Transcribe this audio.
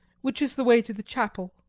which is the way to the chapel?